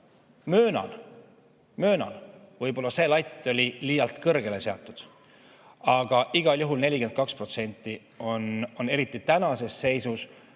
Möönan-möönan, võib-olla see latt oli liialt kõrgele seatud, aga igal juhul 42% on eriti tänases seisus,